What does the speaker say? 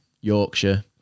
Yorkshire